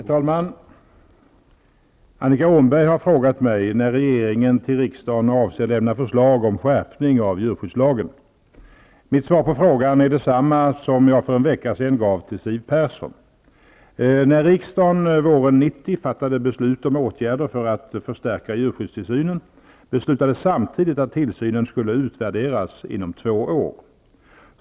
Herr talman! Annika Åhnberg har frågat mig när regeringen till riksdagen avser lämna förslag om skärpning av djurskyddslagen. Mitt svar på frågan är detsamma som det jag för en vecka sedan gav Siw Persson. När riksdagen våren 1990 fattade beslut om åtgärder för att förstärka djurskyddstillsynen, beslutades samtidigt att tillsynen skulle utvärderas inom två år.